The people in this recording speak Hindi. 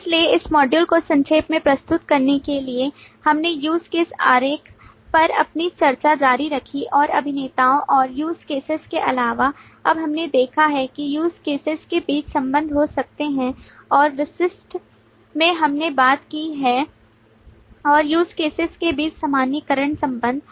इसलिए इस मॉड्यूल को संक्षेप में प्रस्तुत करने के लिए हमने use case आरेख पर अपनी चर्चा जारी रखी और अभिनेताओं और use cases के अलावा अब हमने देखा है कि use cases के बीच संबंध हो सकते हैं और विशिष्ट में हमने बात की है और use cases के बीच सामान्यीकरण संबंध